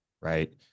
right